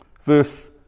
verse